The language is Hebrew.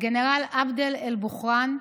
הגנרל עבד אל-בורהאן,